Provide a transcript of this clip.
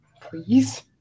Please